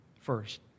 first